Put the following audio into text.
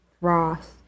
frost